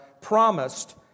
promised